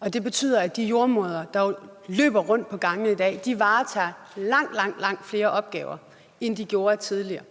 og det betyder, at de jordemødre, der løber rundt på gangene i dag, varetager langt, langt flere opgaver, end de gjorde tidligere.